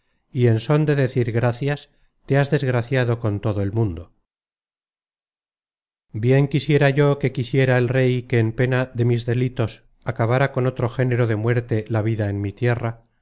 y en són de decir gracias te has desgraciado con todo el mundo bien quisiera yo que quisiera el rey que en pena de mis delitos acabara con otro género de muerte la vida en mi tierra